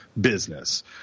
business